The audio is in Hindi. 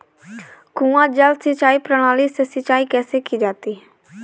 कुआँ जल सिंचाई प्रणाली से सिंचाई कैसे की जाती है?